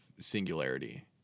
singularity